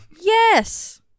yes